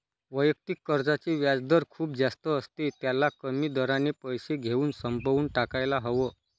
वैयक्तिक कर्जाचे व्याजदर खूप जास्त असते, त्याला कमी दराने पैसे घेऊन संपवून टाकायला हव